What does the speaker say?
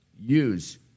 use